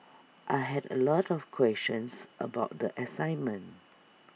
I had A lot of questions about the assignment